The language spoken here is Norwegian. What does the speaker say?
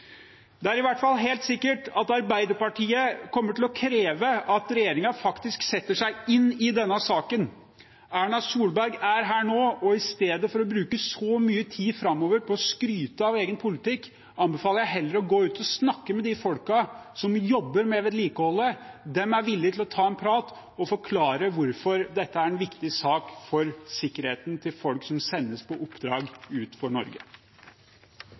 Det er i hvert fall helt sikkert at Arbeiderpartiet kommer til å kreve at regjeringen faktisk setter seg inn i denne saken. Erna Solberg er her nå, og i stedet for å bruke så mye tid framover på å skryte av egen politikk anbefaler jeg heller å gå ut og snakke med de folkene som jobber med vedlikeholdet. De er villig til å ta en prat og forklare hvorfor dette er en viktig sak for sikkerheten til folk som sendes ut på oppdrag for Norge.